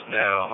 now